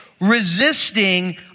resisting